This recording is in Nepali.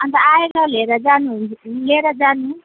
अन्त आएर लिएर जानु होस् लिएर जानु